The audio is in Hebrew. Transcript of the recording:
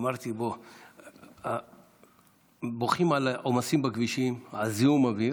אמרתי: בוכים על עומסים בכבישים, על זיהום אוויר,